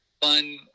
fun